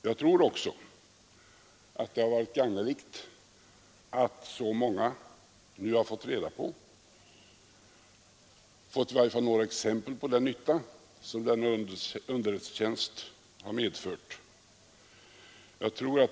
Jag tror också att det har varit gagnerikt att så många nu har fått i varje fall några exempel på den nytta som denna underrättelsetjänst har medfört.